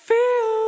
Feel